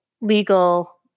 legal